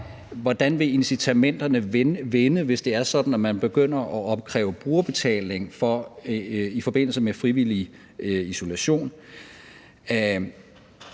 hvordan vil incitamenterne vende, hvis det er sådan, at man begynder at opkræve brugerbetaling i forbindelse med frivillig isolation?